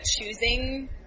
choosing